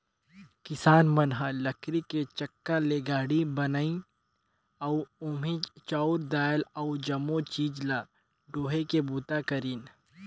किसान मन ह लकरी के चक्का ले गाड़ी बनाइन अउ ओम्हे चाँउर दायल अउ जमो चीज ल डोहे के बूता करिन